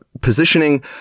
positioning